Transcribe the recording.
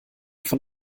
von